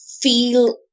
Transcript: feel